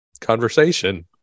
conversation